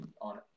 on